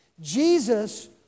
Jesus